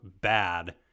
bad